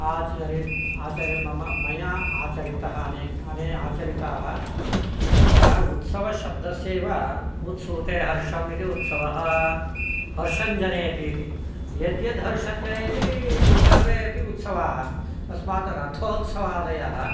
आचरितः मम मया आचरितः अनेके आचरिताः तत्र उत्सवशब्दस्यैव उत्सूते हर्षम् इति उत्सवः हर्षन् जनयति इति यद्यत् हर्षञ्जनयति सर्वे अपि उत्सवाः तस्मात् रथोत्सवादयः